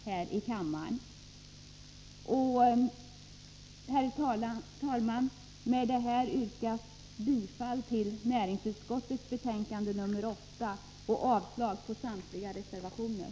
Herr talman! Med detta yrkar jag bifall till näringsutskottets hemställan i betänkande nr 8 och avslag på samtliga reservationer.